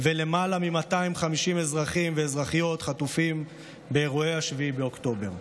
ולמעלה מ-250 אזרחים ואזרחיות חטופים באירועי 7 באוקטובר.